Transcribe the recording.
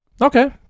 Okay